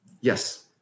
Yes